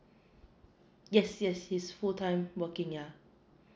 yes yes he's full time working yeah